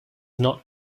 not